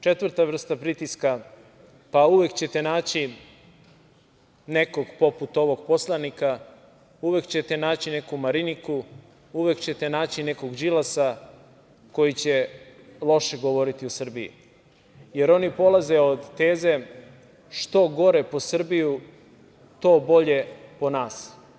Četvrta vrsta pritiska, pa uvek ćete naći nekog poput ovog poslanika, uvek ćete naći neku Mariniku, uvek ćete naći nekog Đilasa koji će loše govoriti o Srbiji, jer oni polaze od teze – što gore po Srbiju, to bolje po nas.